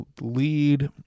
lead